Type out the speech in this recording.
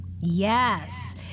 Yes